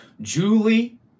Julie